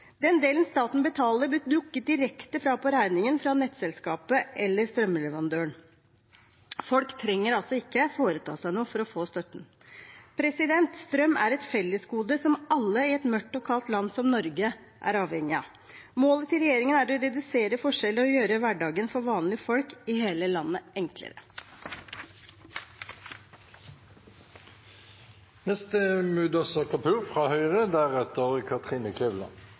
Den delen staten betaler, blir trukket direkte fra på regningen fra nettselskapet eller fra strømleverandører. Folk trenger altså ikke å foreta seg noe for å få støtte. Strøm er et fellesgode som alle i et mørkt og kaldt land som Norge er avhengig av. Målet til regjeringen er å redusere forskjeller og gjøre hverdagen for vanlige folk i hele landet enklere.